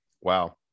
Wow